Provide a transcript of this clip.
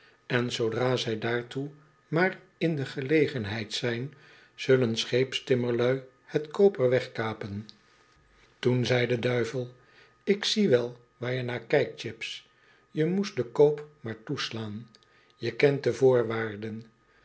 en zoodra zij daartoe maar in de gelegenheid zijn zullen scheepstimmerlui het koper wegkapen toen zei de duivel ik zie wel waar je naar kijkt chips je moest den koop maar toeslaan je kent de voorwaarden